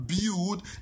build